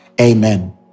Amen